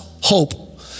hope